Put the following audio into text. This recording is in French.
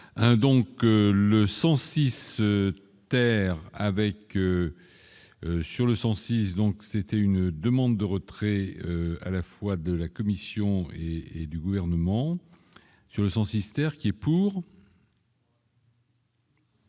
sur le 106 donc, c'était une demande de retrait à la fois de la Commission et du gouvernement sur le 100 Sister qui est pour.